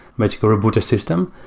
basically, reboot a system.